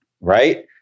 right